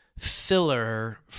Filler